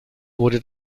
wurde